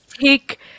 take